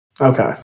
Okay